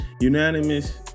unanimous